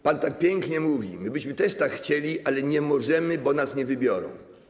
Pan tak pięknie mówi, my byśmy też tak chcieli, ale nie możemy, bo nas nie wybiorą.